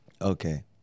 Okay